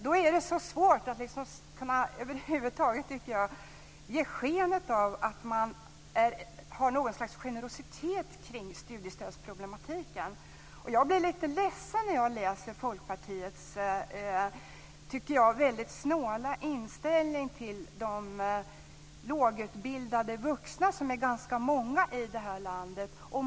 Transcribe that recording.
Då är det svårt, tycker jag, att över huvud taget ge sken av att man har något slags generositet kring studiestödsproblematiken. Jag blir lite ledsen när jag läser Folkpartiets, tycker jag, väldigt snåla inställning till de lågutbildade vuxna som är ganska många i det här landet.